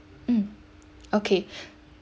mm okay